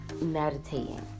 Meditating